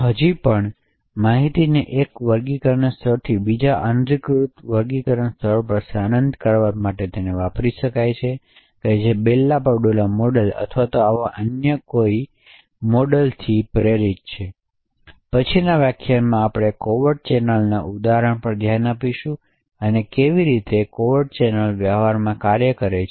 હજી પણ માહિતીને એક વર્ગીકરણ સ્તરથી બીજા અનધિકૃત વર્ગીકરણ સ્તર પર સ્થાનાંતરિત કરવા માટે વાપરી શકાય છે જે બેલ લાપડુલા મોડેલ અથવા આવા અન્ય કોઈ એમએલએસ મોડેલ થી પ્રેરિત છે પછીના વ્યાખ્યાનમાં આપણે એક કોવેર્ટ ચેનલના ઉદાહરણ પર ધ્યાન આપીશું અને કેવી રીતે કોવેર્ટ ચેનલ વ્યવહારમાં કાર્ય કરે છે